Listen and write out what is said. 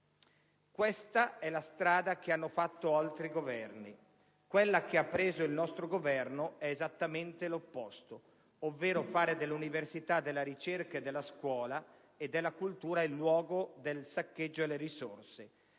Questa è la strada che hanno percorso altri Governi (quella che ha intrapreso il nostro Governo è esattamente l'opposta, ovvero di fare dell'università, della ricerca, della scuola e della cultura il luogo del saccheggio alle risorse),